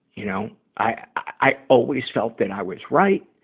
you know? i, i always felt that i was right.